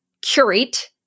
curate